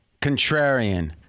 Contrarian